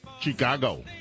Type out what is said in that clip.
Chicago